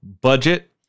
budget